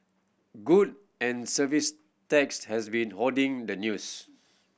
Good and Service Tax has been hoarding the news